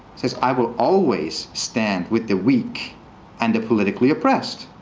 says, i will always stand with the weak and the politically oppressed.